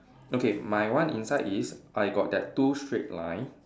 okay my one inside is I got that two straight line